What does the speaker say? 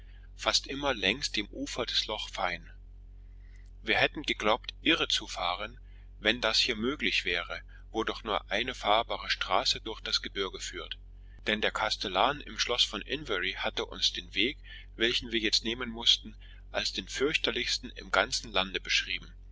fast immer längs dem ufer des loch fyne wir hätten geglaubt irre zu fahren wenn das hier möglich wäre wo nur eine fahrbare straße durch das gebirge führt denn der kastellan im schloß von inverary hatte uns den weg welchen wir jetzt nehmen mußten als den fürchterlichsten im ganzen lande beschrieben